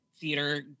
theater